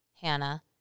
Hannah